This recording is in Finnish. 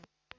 o p